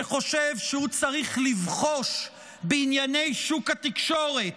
שחושב שהוא צריך לבחוש בענייני שוק התקשורת,